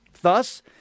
Thus